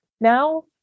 Now